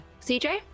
CJ